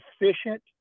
efficient